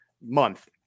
month